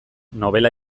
nobela